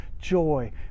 joy